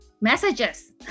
messages